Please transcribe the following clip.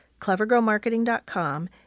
clevergrowmarketing.com